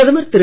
பிரதமர் திரு